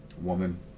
woman